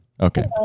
okay